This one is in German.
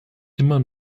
immer